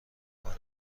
کنه